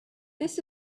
this